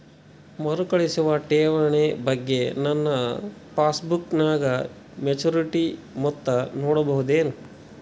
ಮರುಕಳಿಸುವ ಠೇವಣಿ ಬಗ್ಗೆ ನನ್ನ ಪಾಸ್ಬುಕ್ ನಾಗ ಮೆಚ್ಯೂರಿಟಿ ಮೊತ್ತ ನೋಡಬಹುದೆನು?